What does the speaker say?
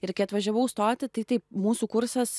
ir kai atvažiavau stoti tai taip mūsų kursas